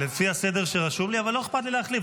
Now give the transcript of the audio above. לפי הסדר שרשום לי, אבל לא אכפת לי להחליף.